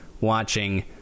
Watching